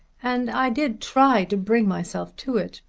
and i did try to bring myself to it.